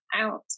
out